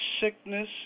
sickness